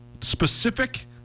specific